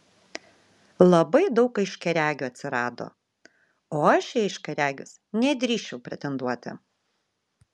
labai daug aiškiaregių atsirado o aš į aiškiaregius nedrįsčiau pretenduoti